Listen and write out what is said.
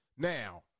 Now